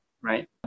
right